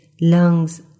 lungs